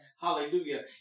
Hallelujah